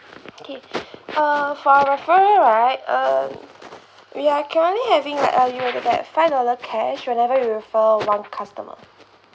okay uh for referral right uh we are currently having uh you will get five dollar cash whenever you refer one customer